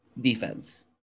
defense